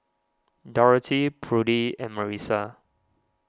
Dorothy Prudie and Marissa